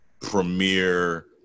Premiere